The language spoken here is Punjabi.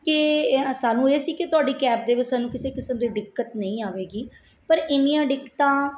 ਕਿ ਸਾਨੂੰ ਇਹ ਸੀ ਕਿ ਤੁਹਾਡੀ ਕੈਬ ਦੇ ਵਿੱਚ ਸਾਨੂੰ ਕਿਸੇ ਕਿਸਮ ਦੀ ਦਿੱਕਤ ਨਹੀਂ ਆਵੇਗੀ ਪਰ ਐਨੀਆਂ ਦਿੱਕਤਾਂ